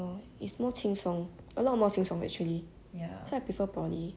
eh it is more 轻松 a lot more 轻松 actually so I prefer poly